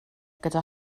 gyda